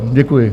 Děkuji.